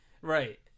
Right